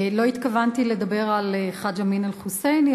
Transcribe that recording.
לא התכוונתי לדבר על חאג' אמין אל-חוסייני,